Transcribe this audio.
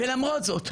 למרות זאת,